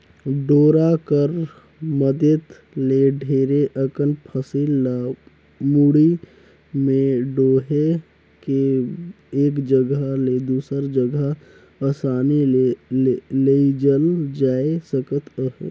डोरा कर मदेत ले ढेरे अकन फसिल ल मुड़ी मे डोएह के एक जगहा ले दूसर जगहा असानी ले लेइजल जाए सकत अहे